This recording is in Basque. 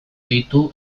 ditu